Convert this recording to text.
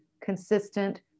consistent